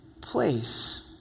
place